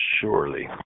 surely